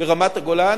ברמת-הגולן,